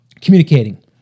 communicating